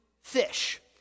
fish